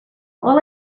all